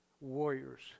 warriors